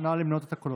נא למנות את הקולות.